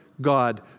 God